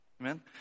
Amen